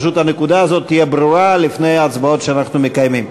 שהנקודה הזאת פשוט תהיה ברורה לפני ההצבעות שאנחנו מקיימים.